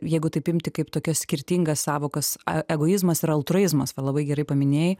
jeigu taip imti kaip tokias skirtingas sąvokas egoizmas ir altruizmas va labai gerai paminėjai